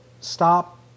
stop